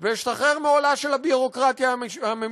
ואשתחרר מעולה של הביורוקרטיה הממשלתית.